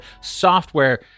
software